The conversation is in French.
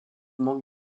manque